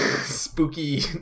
spooky